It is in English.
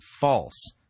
false